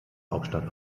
hauptstadt